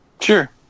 Sure